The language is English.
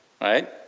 Right